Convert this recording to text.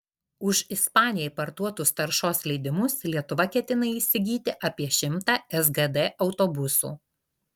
už ispanijai parduotus taršos leidimus lietuva ketina įsigyti apie šimtą sgd autobusų